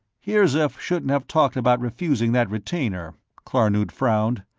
hirzif shouldn't have talked about refusing that retainer, klarnood frowned.